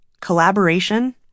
collaboration